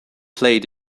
played